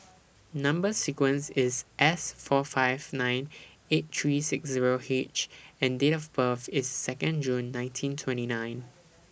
Number sequence IS S four five nine eight three six Zero H and Date of birth IS Second June nineteen twenty nine